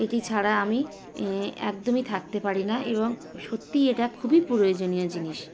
এটি ছাড়া আমি একদমই থাকতে পারি না এবং সত্যিই এটা খুবই প্রয়োজনীয় জিনিস